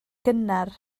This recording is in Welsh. gynnar